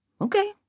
Okay